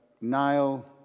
Nile